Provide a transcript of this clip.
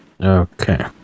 Okay